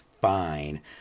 fine